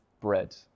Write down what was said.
bread